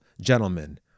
gentlemen